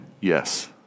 Yes